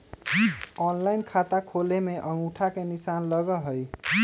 Online खाता खोले में अंगूठा के निशान लगहई?